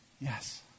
yes